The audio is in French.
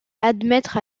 admettre